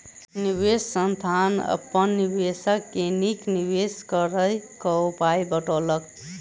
निवेश संस्थान अपन निवेशक के नीक निवेश करय क उपाय बतौलक